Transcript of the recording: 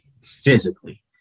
physically